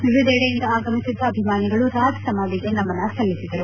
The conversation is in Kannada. ವಿವಿಧೆಡೆಯಿಂದ ಆಗಮಿಸಿದ್ದ ಅಭಿಮಾನಿಗಳು ರಾಜ್ ಸಮಾಧಿಗೆ ನಮನ ಸಲ್ಲಿಸಿದರು